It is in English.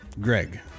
Greg